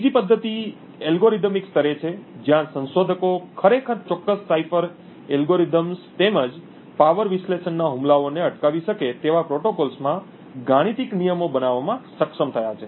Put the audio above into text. ત્રીજી પદ્ધતિ એલ્ગોરિધમિક સ્તરે છે જ્યાં સંશોધકો ખરેખર ચોક્કસ સાઇફર એલ્ગોરિધમ્સ તેમજ પાવર વિશ્લેષણના હુમલાઓને અટકાવી શકે તેવા પ્રોટોકોલ્સમાં ગાણિતીક નિયમો બનાવવામાં સક્ષમ થયા છે